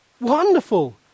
Wonderful